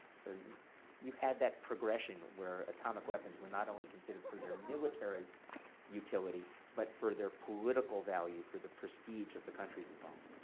so you had that progression where atomic weapons were not only considered for their military utility, but for their political value for the prestige of the countries involved.